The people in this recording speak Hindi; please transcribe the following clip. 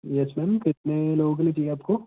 येस मैम कितने लोगों के लिए चाहिए आपको